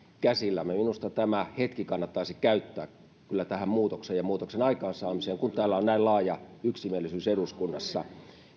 käsillämme minusta tämä hetki kannattaisi kyllä käyttää tähän muutokseen ja muutoksen aikaansaamiseen kun täällä on näin laaja yksimielisyys eduskunnassa